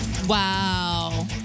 Wow